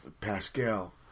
Pascal